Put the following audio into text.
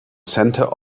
center